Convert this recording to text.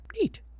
Neat